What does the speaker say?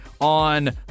on